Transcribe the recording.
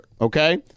okay